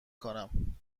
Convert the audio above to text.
کنم